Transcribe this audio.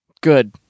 Good